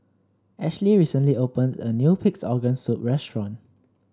Ashlie recently opened a new Pig's Organ Soup restaurant